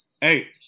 Hey